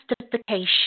justification